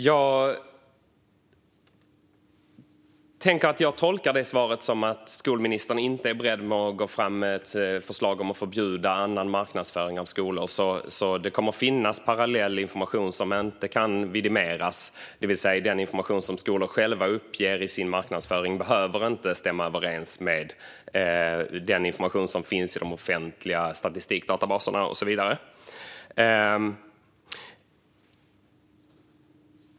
Herr talman! Jag tolkar det svaret som att skolministern inte är beredd att gå fram med ett förslag om att förbjuda annan marknadsföring av skolor. Det kommer alltså att finnas parallell information som inte kan vidimeras. Det vill säga att de uppgifter som skolorna själva uppger i sin marknadsföring behöver inte stämma överens med den information som finns i de offentliga statistikdatabaserna och så vidare.